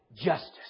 justice